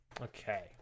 Okay